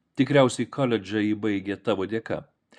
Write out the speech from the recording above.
tikriausiai koledžą ji baigė tavo dėka